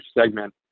segment